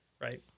right